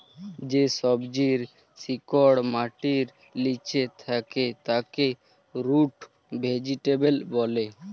যে সবজির শিকড় মাটির লিচে থাক্যে তাকে রুট ভেজিটেবল ব্যলে